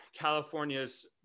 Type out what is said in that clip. California's